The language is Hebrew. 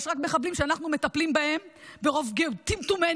יש רק מחבלים שאנחנו מטפלים בהם ברוב טמטומנו,